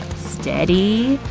steady,